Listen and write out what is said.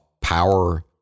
power